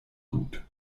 gut